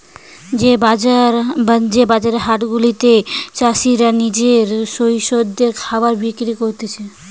যে বাজার হাট গুলাতে চাষীরা নিজে ক্রেতাদের খাবার বিক্রি করতিছে